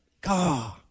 God